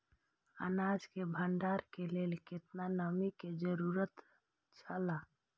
अनाज के भण्डार के लेल केतना नमि के जरूरत छला?